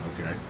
Okay